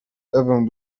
ewę